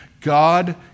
God